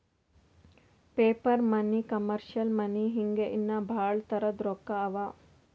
paper money, commercial money ಹಿಂಗೆ ಇನ್ನಾ ಭಾಳ್ ತರದ್ ರೊಕ್ಕಾ ಅವಾ